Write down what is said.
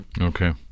Okay